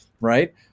right